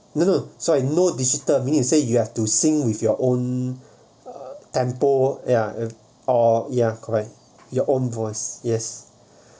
no no so I know digital meaning you say you have to sing with your own tempo ya or ya correct your own voice yes